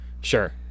Sure